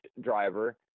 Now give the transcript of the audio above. driver